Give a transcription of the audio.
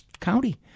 county